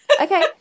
Okay